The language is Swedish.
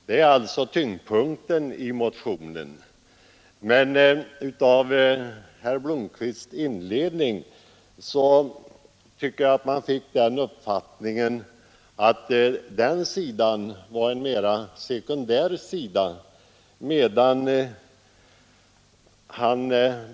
Detta är tyngdpunkten i motionen, men av inledningen i herr Blomkvists anförande fick man uppfattningen att den sidan av saken är mer sekundär.